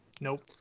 Nope